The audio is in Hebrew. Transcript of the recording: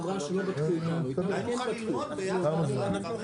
לערוצים הזעירים אין שום יכולת לשלם.